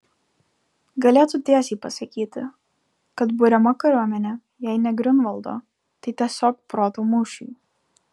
galėtų tiesiai pasakyti kad buriama kariuomenė jei ne griunvaldo tai tiesiog proto mūšiui